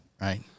Right